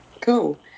cool